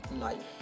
life